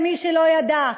מי שלא ידע,